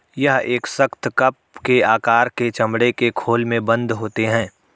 यह एक सख्त, कप के आकार के चमड़े के खोल में बन्द होते हैं